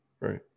right